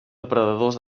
depredadors